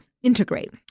integrate